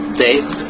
date